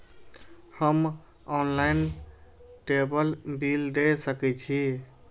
हम online table bill दे सके छी?